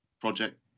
Project